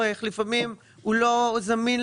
כן, זה דמי ייצוג.